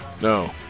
No